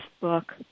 book